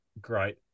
great